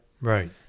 Right